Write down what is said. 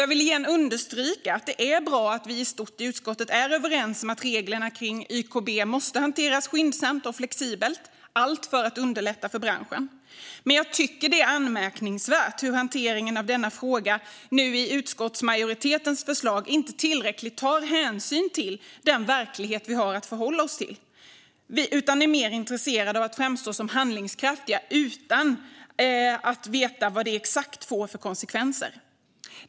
Jag vill åter understryka att det är bra att vi i utskottet i stort är överens om att reglerna kring YKB måste hanteras skyndsamt och flexibelt, allt för att underlätta för branschen. Men jag tycker att det är anmärkningsvärt hur man i hanteringen av denna fråga nu i utskottsmajoritetens förslag inte tillräckligt tar hänsyn till den verklighet vi har att förhålla oss till utan att man är mer intresserad av att framstå som handlingskraftig utan att veta exakt vad det får för konsekvenser.